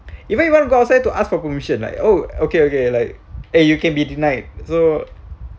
even you want to go outside to ask for permission like oh okay okay like eh you can be denied so